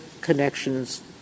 connections